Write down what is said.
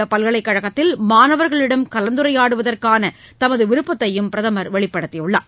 உள்ள பல்கலைக் கழகத்தில் மாணவர்களிடம் கலந்துரையாடுவதற்கான பூட்டானில் தமது விருப்பத்தையும் பிரதமர் வெளிப்படுத்தியுள்ளார்